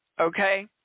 okay